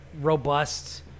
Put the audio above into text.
robust